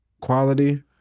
Quality